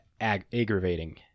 aggravating